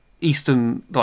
Eastern